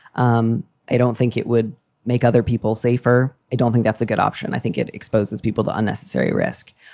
um i don't think it would make other people safer. i don't think that's a good option. i think it exposes people to unnecessary risk.